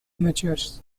amateurs